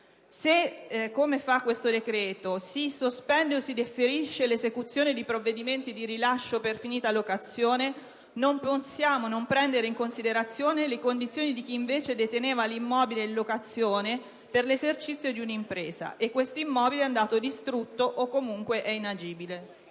Se, come fa questo decreto, si sospende o si differisce l'esecuzione di provvedimenti di rilascio per finita locazione, non possiamo non prendere in considerazione le condizioni di chi invece deteneva l'immobile in locazione per l'esercizio di un'impresa nel caso in cui questo immobile sia andato distrutto o, comunque, sia inagibile.